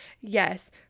Yes